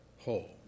whole